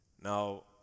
Now